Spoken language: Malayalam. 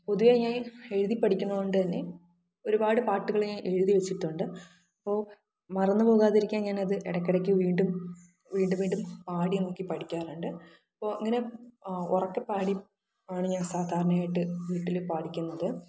പൊതുവേ ഞാന് എഴുതി പഠിക്കുന്നതുകൊണ്ട് തന്നെ ഒരുപാട് പാട്ടുകൾ ഞാന് എഴുതി വെച്ചിട്ടുണ്ട് അപ്പോ മറന്നു പോകാതിരിക്കാന് ഞാനത് ഇടക്കിടക്ക് വീണ്ടും വീണ്ടും വീണ്ടും പാടി നോക്കി പഠിക്കാറുണ്ട് അപ്പോ അങ്ങനെ ഉറക്കെ പാടിയാണ് ഞാൻ സാധാരണയായിട്ട് ഞാന് വീട്ടിൽ പഠിക്കുന്നത്